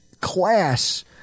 class